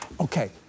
Okay